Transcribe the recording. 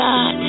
God